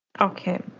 Okay